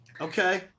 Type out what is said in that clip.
okay